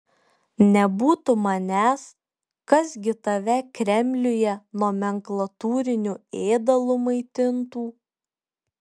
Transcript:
nebūtų manęs kas gi tave kremliuje nomenklatūriniu ėdalu maitintų